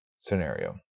scenario